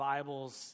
Bibles